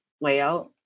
layout